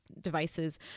devices